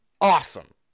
Awesome